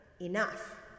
enough